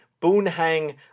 Boonhang